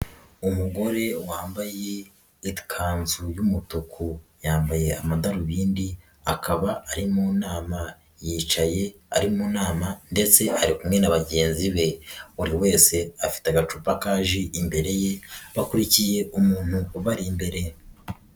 Umugore wambaye ikanzu y'umutuku yambaye amadarubindi, akaba ari mu nama yicaye ari mu nama ndetse ari kumwe na bagenzi be, buri wese afite agacupa ka ji imbere ye, bakurikiye umuntu ubari imbere.